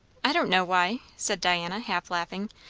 i don't know why, said diana, half laughing,